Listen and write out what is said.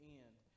end